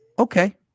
okay